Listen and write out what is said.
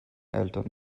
eltern